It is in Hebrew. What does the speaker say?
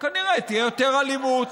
כנראה תהיה יותר אלימות,